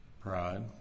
pride